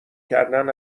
کردن